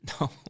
no